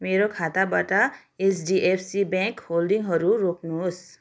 मेरो खाताबाटा HDFC bank होल्डिङहरू रोक्नुहोस्